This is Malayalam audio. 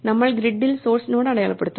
നമ്മൾ ഗ്രിഡിൽ സോഴ്സ് നോഡ് അടയാളപ്പെടുത്തുന്നു